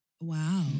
Wow